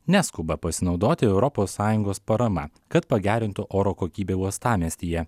neskuba pasinaudoti europos sąjungos parama kad pagerintų oro kokybę uostamiestyje